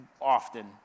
often